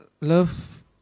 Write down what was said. love